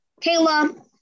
Kayla